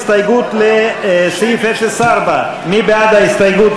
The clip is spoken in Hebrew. הסתייגות לסעיף 04. מי בעד ההסתייגות,